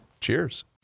cheers